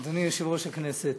אדוני יושב-ראש הכנסת,